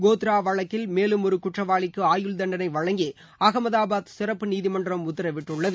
கோத்ரா வழக்கில் மேலும் ஒரு குற்றவாளிக்கு ஆயுள்தண்டனை வழங்கி அம்தாபாத் சிறப்பு நீதிமன்றம் உத்தரவிட்டுள்ளது